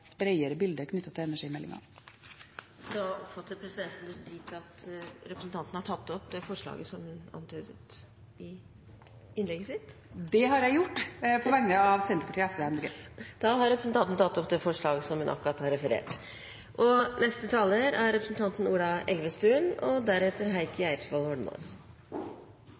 til energimeldingen. Da oppfatter presidenten det slik at representanten har tatt opp det forslaget som hun viste til i innlegget sitt? Det har jeg gjort, på vegne av Senterpartiet, Sosialistisk Venstreparti og Miljøpartiet De Grønne. Da har representanten Marit Arnstad tatt opp det forslaget hun refererte til. Jeg vil også si at det er